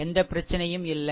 எந்த பிரச்சினையும் இல்லை